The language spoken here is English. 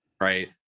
right